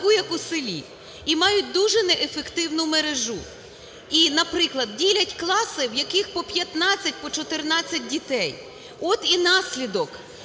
таку, як у селі, і мають дуже неефективну мережу. І, наприклад, ділять класи, в яких по 14, по 15 дітей. От і наслідок.